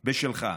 בשלך.